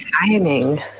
timing